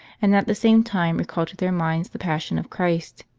and at the same time recall to their minds the passion of christ,